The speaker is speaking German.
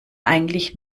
eigentlich